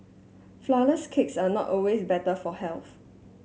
flourless cakes are not always better for health